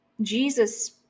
Jesus